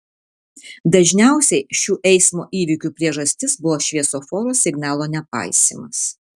dažniausiai šių eismo įvykių priežastis buvo šviesoforo signalo nepaisymas